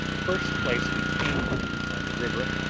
the first place we came to on the river,